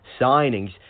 signings